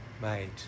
made